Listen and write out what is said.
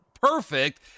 perfect